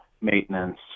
maintenance